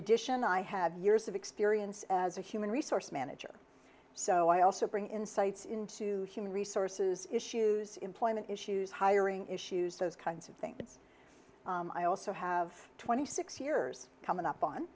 addition i have years of experience as a human resource manager so i also bring insights into human resources issues employment issues hiring issues those kinds of things i also have twenty six years coming up on